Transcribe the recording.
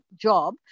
job